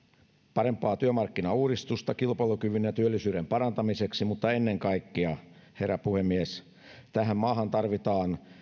parempaa työmarkkinauudistusta kilpailukyvyn ja työllisyyden parantamiseksi mutta ennen kaikkea herra puhemies tähän maahan tarvitaan